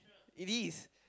it is